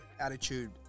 attitude